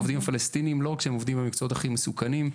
לא רק שהעובדים הפלסטינים עובדים במקצועות הכי מסוכנים,